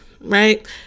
Right